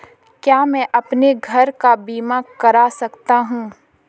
क्या मैं अपने घर का बीमा करा सकता हूँ?